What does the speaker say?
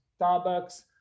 Starbucks